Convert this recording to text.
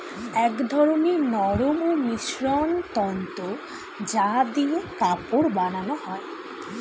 এক ধরনের নরম ও মসৃণ তন্তু যা দিয়ে কাপড় বানানো হয়